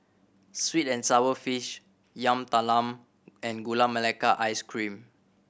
sweet and sour fish Yam Talam and Gula Melaka Ice Cream